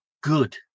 good